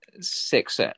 six